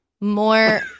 More